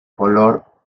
color